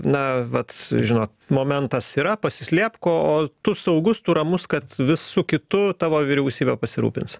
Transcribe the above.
na vat žino momentas yra pasislėpk o o tu saugus tu ramus kad visu kitu tavo vyriausybė pasirūpins